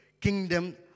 kingdom